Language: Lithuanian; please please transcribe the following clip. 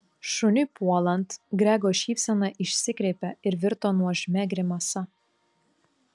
šuniui puolant grego šypsena išsikreipė ir virto nuožmia grimasa